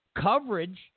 coverage